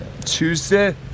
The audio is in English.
Tuesday